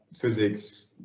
physics